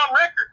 record